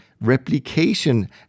replication